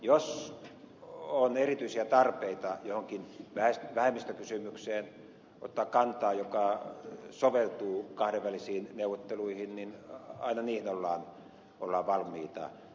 jos on erityisiä tarpeita ottaa kantaa johonkin vähemmistökysymykseen joka soveltuu kahdenvälisiin neuvotteluihin niin aina niihin ollaan valmiita